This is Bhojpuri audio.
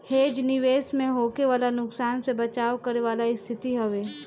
हेज निवेश में होखे वाला नुकसान से बचाव करे वाला स्थिति हवे